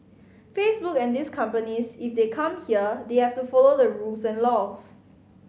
Facebook and these companies if they come here they have to follow the rules and laws